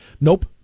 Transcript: Nope